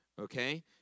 Okay